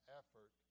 effort